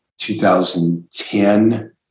2010